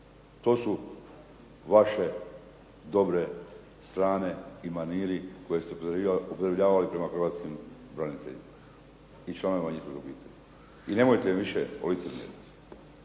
To su vaše dobre strane i maniri koje ste upotrebljavali prema Hrvatskim braniteljima i članovima njihovih obitelji. I nemojte više ...